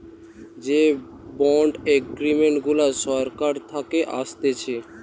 যে bond agreement গুলা সরকার থাকে আসতেছে